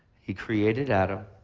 he created adam,